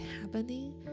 happening